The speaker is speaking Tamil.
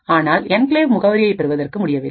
ஆனால் என்கிளேவ் முகவரியை பெறுவதற்கு முடியவில்லை